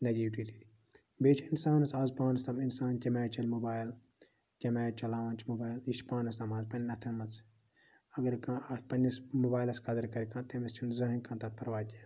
negativity بیٚیہِ چھِ اِنسانَس از پانَس تام اِنسان کمہِ آیہِ چَلہِ موبایل کمہِ آیہِ چَلاوان چھِ موبایل یہِ چھُ پانَس تام اَز پَنٕنیٚن اتھَن مَنٛز اگر کانٛہہ اتھ پَنٕنِس موبایلَس قدر کَرِ کانٛہہ تٔمِس چھُنہٕ زٕہٕنٛے کانٛہہ تَتھ پَرواے تہِ